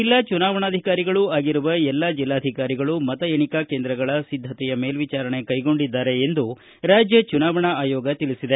ಜೆಲ್ಲಾ ಚುನಾವಣಾಧಿಕಾರಿಗಳು ಆಗಿರುವ ಎಲ್ಲಾ ಜೆಲ್ಲಾಧಿಕಾರಿಗಳು ಮತ ಎಣಿಕಾ ಕೇಂದ್ರಗಳ ಸಿದ್ದತೆಯ ಮೇಲ್ವಿಚಾರಣೆ ಕೈಗೊಂಡಿದ್ದಾರೆ ಎಂದು ರಾಜ್ಯ ಚುನಾವಣಾ ಆಯೋಗ ತಿಳಿಸಿದೆ